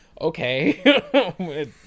okay